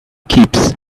keeps